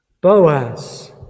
Boaz